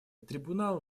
трибунал